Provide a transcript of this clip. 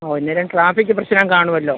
ഓ അന്നേരം ട്രാഫിക് പ്രശ്നം കാണുവല്ലോ